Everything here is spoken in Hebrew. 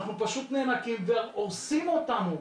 אנחנו פשוט נאנקים והורסים אותנו,